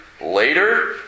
later